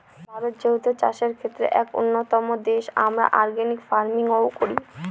ভারত যেহেতু চাষের ক্ষেত্রে এক উন্নতম দেশ, আমরা অর্গানিক ফার্মিং ও করি